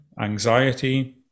anxiety